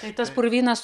tai tas purvynas